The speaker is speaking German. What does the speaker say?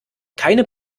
keine